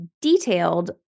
detailed